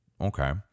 Okay